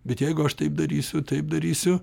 bet jeigu aš taip darysiu taip darysiu